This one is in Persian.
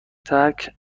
ترک